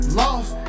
lost